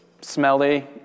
smelly